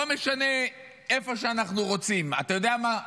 לא משנה, איפה שאנחנו רוצים, אתה יודע מה?